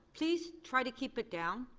please, try to keep it down.